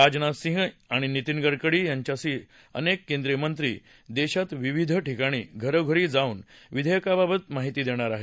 राजनाथ सिंग आणि नितीन गडकरी यांच्यासह अनेक केंद्रीयमंत्री देशात विविध ठिकाणी घरोघरी जाऊन या विधेयकाबाबत माहिती देणार आहेत